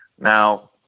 Now